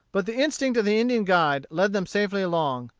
but the instinct of the indian guide led them safely along,